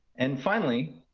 and finally,